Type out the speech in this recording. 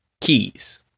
keys